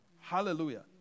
Hallelujah